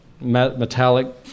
metallic